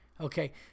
Okay